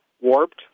warped